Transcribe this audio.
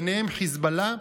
ביניהם חיזבאללה,